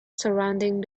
surrounding